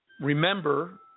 Remember